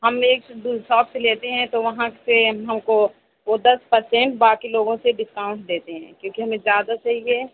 ہم ایک دو شاپ سے لیتے ہیں تو وہاں سے ہم کو وہ دس پرسینٹ باقی لوگوں سے ڈسکاؤنٹ دیتے ہیں ٹھیک ہے ہمیں زیادہ صحیح ہے